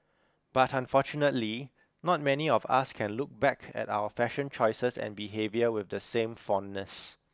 but unfortunately not many of us can look back at our fashion choices and behaviour with the same fondness